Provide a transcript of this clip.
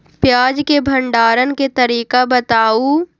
प्याज के भंडारण के तरीका बताऊ?